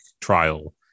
trial